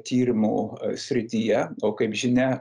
tyrimų srityje o kaip žinia